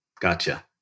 Gotcha